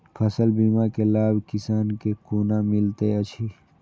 फसल बीमा के लाभ किसान के कोना मिलेत अछि?